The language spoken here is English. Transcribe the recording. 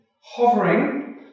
hovering